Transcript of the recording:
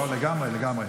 לגמרי, לגמרי.